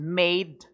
made